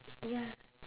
ya